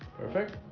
perfect